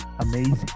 amazing